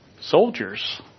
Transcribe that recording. soldiers